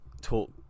talk